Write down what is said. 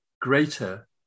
greater